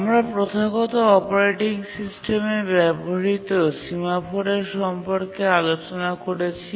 আমরা প্রথাগত অপারেটিং সিস্টেমে ব্যবহৃত সিমাফোরের সম্পর্কে আলোচনা করেছি